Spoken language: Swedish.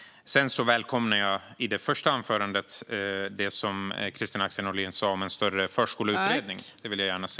Jag välkomnar det som Kristina Axén Olin sa i det första anförandet om en större förskoleutredning. Det vill jag gärna se.